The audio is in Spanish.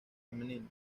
femenino